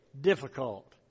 difficult